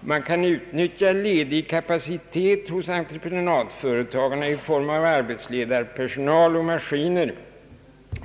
Man kan utnyttja ledig kapacitet hos entreprenadföretagen i form av arbetsledarpersonal och maskiner.